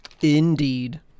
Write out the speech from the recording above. Indeed